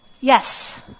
yes